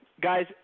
Guys